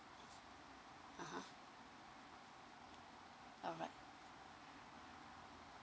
(uh huh) alright